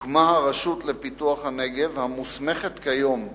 הוקמה הרשות לפיתוח הנגב, המוסמכת כיום,